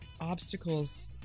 obstacles